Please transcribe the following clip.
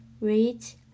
Reach